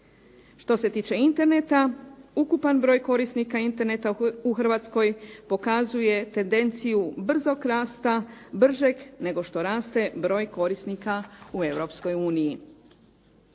Što se tiče Interneta, ukupan broj korisnika Interneta u Hrvatskoj pokazuje tendenciju brzog rasta, bržeg nego što raste broj korisnika u